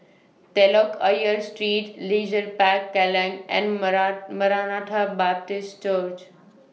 Telok Ayer Street Leisure Park Kallang and Maranatha Baptist Church